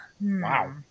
Wow